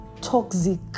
toxic